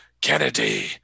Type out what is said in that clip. Kennedy